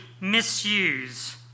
misuse